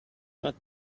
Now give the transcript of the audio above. not